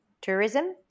tourism